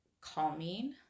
calming